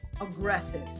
aggressive